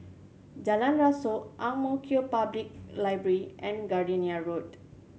Jalan Rasok Ang Mo Kio Public Library and Gardenia Road